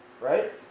right